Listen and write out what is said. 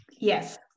Yes